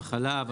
החלב,